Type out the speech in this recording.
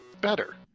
better